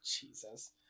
jesus